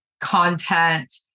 content